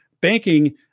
banking